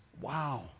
Wow